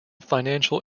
financial